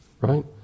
right